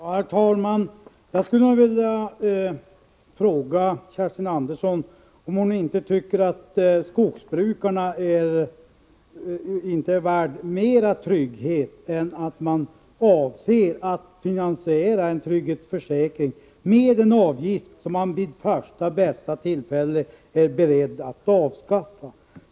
Herr talman! Jag skulle vilja fråga Kerstin Andersson om hon inte tycker att skogsbrukarna är värda mer trygghet än att man avser att finansiera en trygghetsförsäkring med en avgift som vid första bästa tillfälle kan avskaffas.